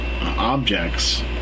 objects